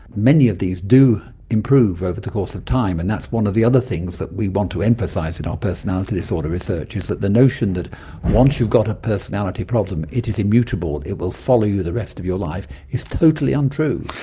many of these do improve over the course of time. and that's one of the other things that we want to emphasise in our personality disorder research, is that the notion that once you've got a personality problem it is immutable, it will follow you the rest of your life, is totally untrue.